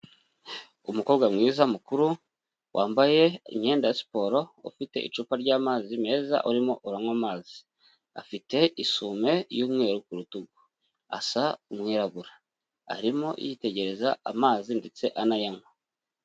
Umukobwa mwiza mukuru wambaye imyenda ya siporo, ufite icupa ry'amazi meza urimo uranywa amazi, afite isume y'umweru ku rutugu asa n'umwirabura arimo yitegereza amazi ndetse anayanywa.